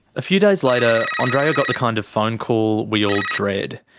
a few days later, andreea got the kind of phone call we all dread.